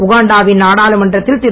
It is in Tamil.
உகாண்டாவின் நாடாளுமன்றத்தில் திரு